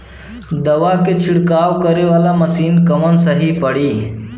दवा के छिड़काव करे वाला मशीन कवन सही पड़ी?